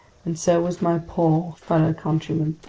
and so was my poor fellow countryman!